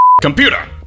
Computer